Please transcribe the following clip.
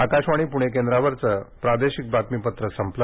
आकाशवाणी प्णे केंद्रावरचं प्रादेशिक बातमीपत्र संपलं